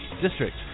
district